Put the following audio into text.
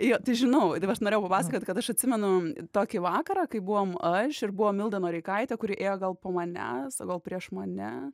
jo tai žinau taip aš norėjau papasakot kad aš atsimenu tokį vakarą kai buvom aš ir buvo milda noreikaitė kuri ėjo gal po manęs o gal prieš mane